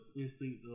instinct